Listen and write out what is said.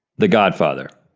the godfather.